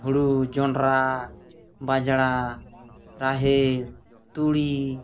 ᱦᱩᱲᱩ ᱡᱚᱱᱰᱨᱟ ᱵᱟᱡᱽᱲᱟ ᱨᱟᱦᱮᱲ ᱛᱩᱲᱤ